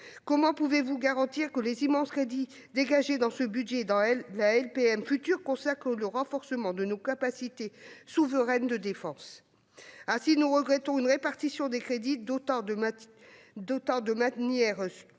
Comment pouvez-vous garantir que les immenses crédits dégagés dans ce budget et dans la future LPM consacrent le renforcement de nos capacités souveraines de défense ? Ainsi, nous regrettons une répartition des crédits dotant nos capacités